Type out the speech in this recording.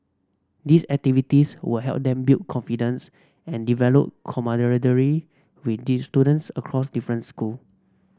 these activities will help them build confidence and develop camaraderie with did students across difference school